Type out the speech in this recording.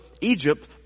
Egypt